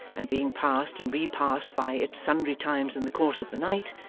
and being passed and repassed by it sundry times in the course of the night,